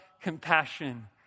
compassion